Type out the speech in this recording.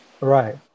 Right